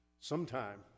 Sometime